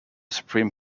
supreme